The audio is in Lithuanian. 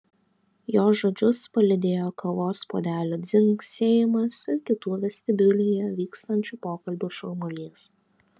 jo žodžius palydėjo kavos puodelių dzingsėjimas ir kitų vestibiulyje vykstančių pokalbių šurmulys